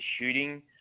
shooting